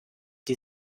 die